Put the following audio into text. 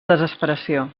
desesperació